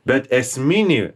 bet esminį